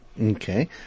Okay